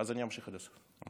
אני אמשיך עד הסוף.